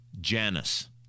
Janice